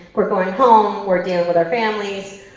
we're going home, we're dealing with our families,